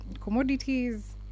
commodities